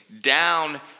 down